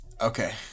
Okay